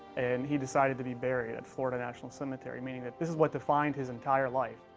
and he decided to be buried at florida national cemetery, meaning that this is what defines his entire life,